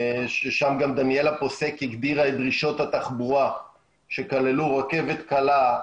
ששם גם דניאלה פוסק הגדירה את דרישות התחבורה שכללו רכבת קלה,